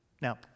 Now